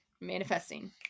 Manifesting